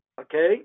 Okay